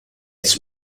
its